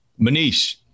Manish